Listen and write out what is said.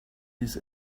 this